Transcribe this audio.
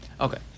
Okay